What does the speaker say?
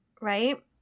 right